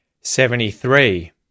Seventy-three